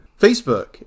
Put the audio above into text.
Facebook